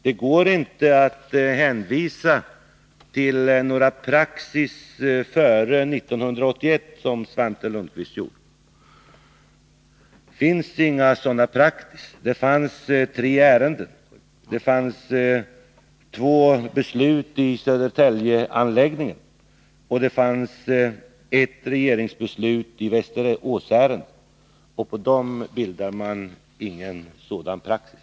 Det går inte att hänvisa till någon praxis före 1981, som Svante Lundkvist gjorde. Det finns ingen sådan praxis. Det fanns tre ärenden. Det fanns två beslut i fråga om Södertäljeanläggningen, och det fanns ett regeringsbeslut i fråga om Västeråsärendet. Utifrån dem bildar man ingen sådan praxis.